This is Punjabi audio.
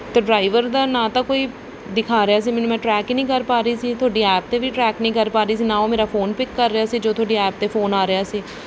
ਤਾਂ ਡਰਾਈਵਰ ਦਾ ਨਾ ਤਾਂ ਕੋਈ ਦਿਖਾ ਰਿਹਾ ਸੀ ਮੈਨੂੰ ਮੈਂ ਟਰੈਕ ਹੀ ਨਹੀਂ ਕਰ ਪਾ ਰਹੀ ਸੀ ਤੁਹਾਡੀ ਐਪ 'ਤੇ ਵੀ ਟਰੈਕ ਨਹੀਂ ਕਰ ਪਾ ਰਹੀ ਸੀ ਨਾ ਉਹ ਮੇਰਾ ਫੋਨ ਪਿੱਕ ਕਰ ਰਿਹਾ ਸੀ ਜਦੋਂ ਤੁਹਾਡੀ ਐਪ 'ਤੇ ਫੋਨ ਆ ਰਿਹਾ ਸੀ